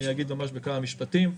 אני אגיד בכמה משפטים.